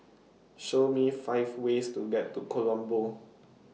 Show Me five ways to get to Colombo